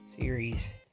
series